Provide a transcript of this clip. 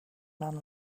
man